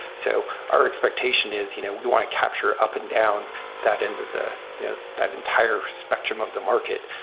so our expectation is you know we want to capture up and down that into the you know that entire spectrum of the market.